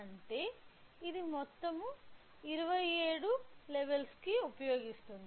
అంటే ఇది మొత్తం 27 లెవెల్స్ ను ఉపయోగిస్తుంది